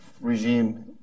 regime